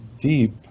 deep